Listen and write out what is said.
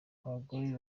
abagore